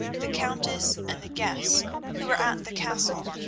the countess, and the guests who were at the castle,